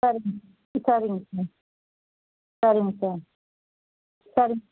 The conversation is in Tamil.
சரிங்க சரிங்க சார் சரிங்க சார் சரிங்க